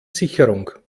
sicherung